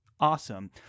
awesome